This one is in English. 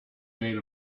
made